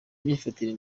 imyifatire